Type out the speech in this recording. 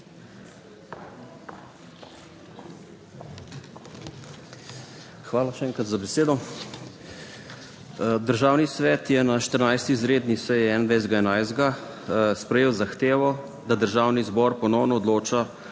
Hvala, še enkrat, za besedo. Državni svet je na 14. izredni seji 21. 11. sprejel zahtevo, da Državni zbor ponovno odloča